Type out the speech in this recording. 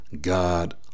God